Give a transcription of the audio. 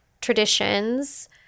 traditions